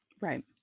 right